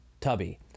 tubby